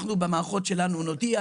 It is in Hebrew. אנחנו במערכות שלנו נודיע,